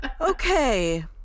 Okay